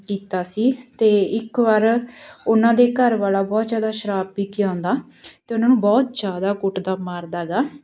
ਕੀਤਾ ਸੀ ਅਤੇ ਇੱਕ ਵਾਰ ਉਹਨਾਂ ਦੇ ਘਰ ਵਾਲਾ ਬਹੁਤ ਜ਼ਿਆਦਾ ਸ਼ਰਾਬ ਪੀ ਕੇ ਆਉਂਦਾ ਅਤੇ ਉਹਨਾਂ ਨੂੰ ਬਹੁਤ ਜ਼ਿਆਦਾ ਕੁੱਟਦਾ ਮਾਰਦਾ ਗਾ